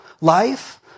life